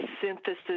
synthesis